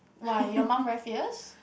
why your mum very fierce